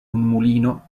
mulino